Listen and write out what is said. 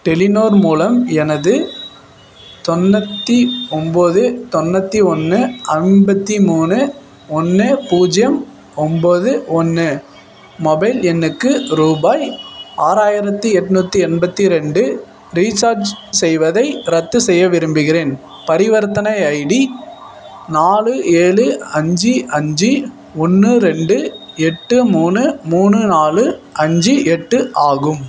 Telenor மூலம் எனது தொண்ணூற்றி ஒன்போது தொண்ணூற்றி ஒன்று ஐம்பத்தி மூணு ஒன்று பூஜ்ஜியம் ஒன்போது ஒன்று மொபைல் எண்ணுக்கு ரூபாய் ஆறாயிரத்தி எண்நூத்தி எண்பத்தி ரெண்டு ரீசார்ஜ் செய்வதை ரத்து செய்ய விரும்புகிறேன் பரிவர்த்தனை ஐடி நாலு ஏழு அஞ்சு அஞ்சு ஒன்று ரெண்டு எட்டு மூணு மூணு நாலு அஞ்சு எட்டு ஆகும்